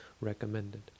recommended